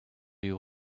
you